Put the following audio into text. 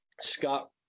Scott